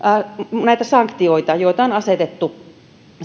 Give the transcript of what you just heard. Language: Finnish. näitä sanktioita joita on asetettu